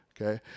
okay